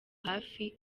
hafi